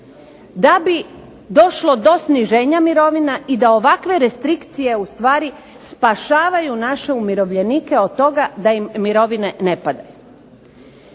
da bi došlo do sniženja mirovina i da ovakve restrikcije ustvari spašavaju naše umirovljenike od toga da im mirovine ne padaju.